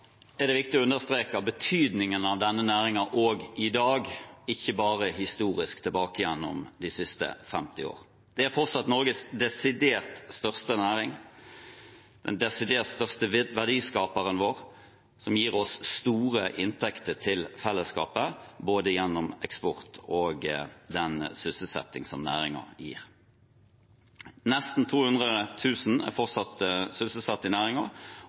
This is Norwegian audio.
er det viktig å understreke betydningene av denne næringen også i dag, ikke bare historisk gjennom de siste 50 år. Det er fortsatt Norges desidert største næring, den desidert største verdiskaperen vår, som gir oss store inntekter til fellesskapet gjennom både eksport og den sysselsetting som næringen gir. Nesten 200 000 er fortsatt sysselsatt i